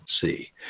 see